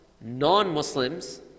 non-Muslims